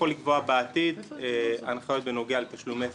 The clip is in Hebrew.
לקבוע בעתיד הנחיות בנוגע לתשלומי שכר.